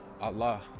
Allah